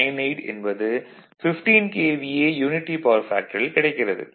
98 என்பது 15 KVA unity power ஃபேக்டரில் கிடைக்கிறது